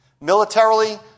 Militarily